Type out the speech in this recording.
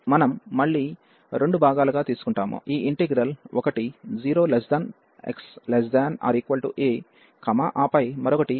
మనం మళ్ళీ రెండు భాగాలుగా తీసుకుంటాము ఈ ఇంటిగ్రల్ ఒకటి 0x≤a ఆ పై మరొకటి a→∞